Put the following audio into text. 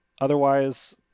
Otherwise